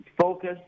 focus